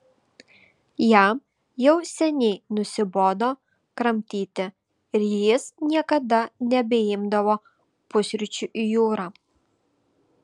jam jau seniai nusibodo kramtyti ir jis niekada nebeimdavo pusryčių į jūrą